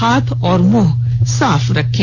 हाथ और मुंह साफ रखें